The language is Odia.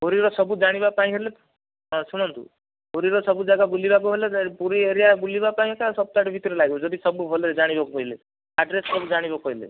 ପୁରୀର ସବୁ ଜାଣିବା ପାଇଁ ହେଲେ ହଁ ଶୁଣନ୍ତୁ ପୁରୀର ସବୁ ଜାଗା ବୁଲିବାକୁ ହେଲେ ପୁରୀ ଏରିଆ ବୁଲିବା ପାଇଁ ଏକା ସପ୍ତାହଟେ ଭିତରେ ଲାଗିବ ଯଦି ସବୁ ଭଲରେ ଜାଣିବାକୁ ହେଲେ ଆଡ଼୍ରେସ୍ ସବୁ ଜାଣିବାକୁ ହେଲେ